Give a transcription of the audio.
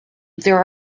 there